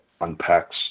unpacks